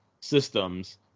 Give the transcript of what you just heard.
systems